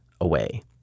away